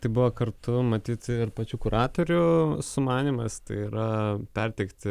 tai buvo kartu matyt ir pačių kuratorių sumanymas tai yra perteikti